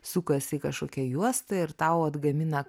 sukasi kažkokia juosta ir tau atgamina